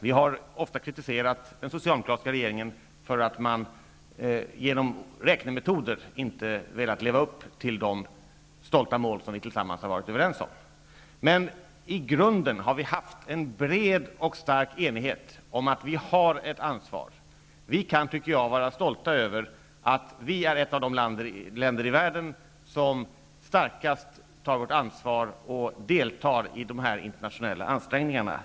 Vi har ofta kritiserat den socialdemokratiska regeringen för att den genom räknemetoder inte har velat leva upp till de stolta mål som vi tillsammans har varit överens om. Men i grunden har vi haft en bred och stark enighet om att vi har ett ansvar. Jag tycker att vi kan vara stolta över att vi är ett av de länder i världen som starkast tar ansvar och deltar i dessa internationella ansträngningar.